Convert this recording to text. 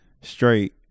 straight